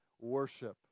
worship